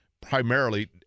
primarily